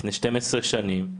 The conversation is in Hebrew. לפני שתים עשרה שנים,